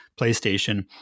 PlayStation